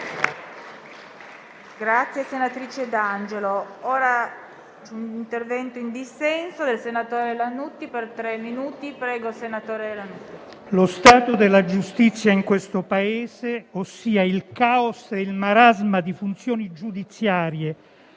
Lo stato della giustizia in questo Paese, ossia il caos e il marasma di funzioni giudiziarie